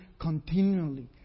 continually